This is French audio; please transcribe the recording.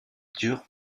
dur